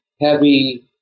heavy